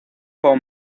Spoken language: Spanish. como